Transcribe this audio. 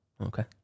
Okay